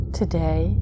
today